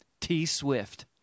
T-Swift